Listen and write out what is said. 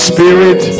Spirit